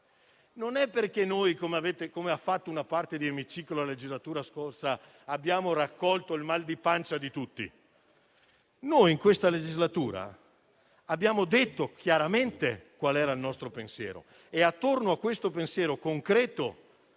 Non è perché noi, come ha fatto una parte dell'emiciclo nella scorsa legislatura, abbiamo raccolto i mal di pancia di tutti, perché in questa legislatura abbiamo detto chiaramente qual era il nostro pensiero e intorno a questo pensiero concreto